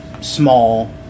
small